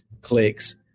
clicks